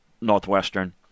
Northwestern